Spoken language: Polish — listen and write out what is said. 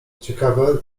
ciekawe